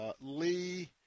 Lee